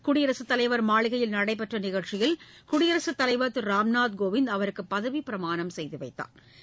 குடியரசுத் தலைவர் மாளிகையில் நடைபெற்ற நிகழ்ச்சியில் குடியரசுத் தலைவர் திரு ராம்நாத் கோவிந்த் அவருக்கு பதவிப்பிரமாணம் செய்து வைத்தாா்